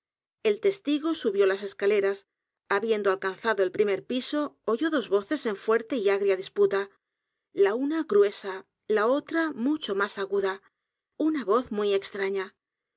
el testigo subió las escaleras habiendo alcanzado el primer piso oyó dos voces en fuerte y agria disputa la una gruesa la otra mucho más a g u d a una voz muy extraña